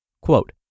Quote